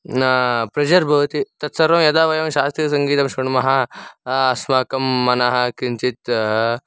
न प्रेशर् भवति तत्सर्वं यदा वयं शास्त्रीयसङ्गीतं शृण्मः अस्माकं मनः किञ्चित्